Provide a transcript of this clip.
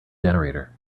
generator